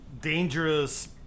dangerous